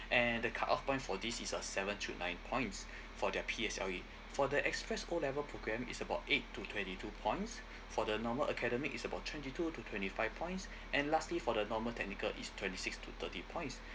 and the cut off point for this is a seven to nine points for their P_S_L_E for the express O level program is about eight to twenty two points for the normal academic is about twenty two to twenty five points and lastly for the normal technical is twenty six to thirty points